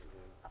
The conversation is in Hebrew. יחיד".